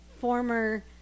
former